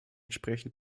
entsprechend